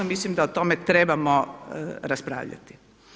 Mislim da o tome trebamo raspravljati.